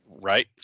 right